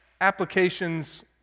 applications